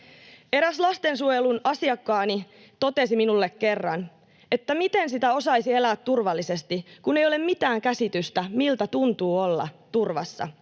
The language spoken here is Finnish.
Eräs lastensuojelun asiakkaani totesi minulle kerran, että miten sitä osaisi elää turvallisesti, kun ei ole mitään käsitystä, miltä tuntuu olla turvassa.